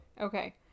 Okay